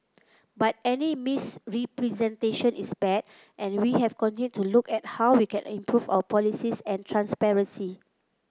but any misrepresentation is bad and we have continued to look at how we can improve our policies and transparency